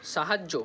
সাহায্য